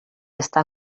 està